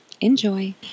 enjoy